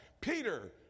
Peter